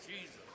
Jesus